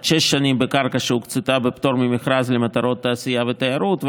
עד שש שנים בקרקע שהוקצתה בפטור ממכרז למטרות תעשייה ותיירות,